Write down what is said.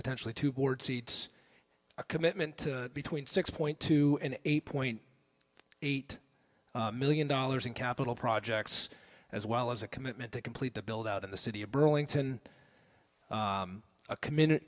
potentially two board seats a commitment to between six point two and eight point eight million dollars in capital projects as well as a commitment to complete the build out in the city of burlington a commit